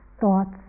thoughts